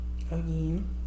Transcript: Again